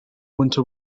winter